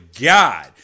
God